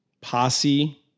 Posse